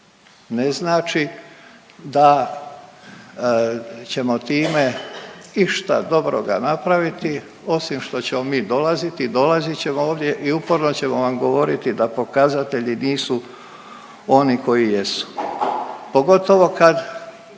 ne znači da ćemo time išta dobroga napraviti osim što ćemo mi dolaziti, dolazit ćemo ovdje i uporno ćemo vam govoriti da pokazatelji nisu oni koji jesu pogotovo kad